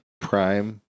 Prime